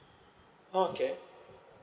oh okay